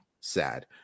sad